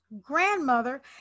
grandmother